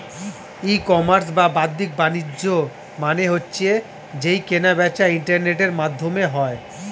ই commerce বা বাদ্দিক বাণিজ্য মানে হচ্ছে যেই কেনা বেচা ইন্টারনেটের মাধ্যমে হয়